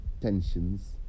tensions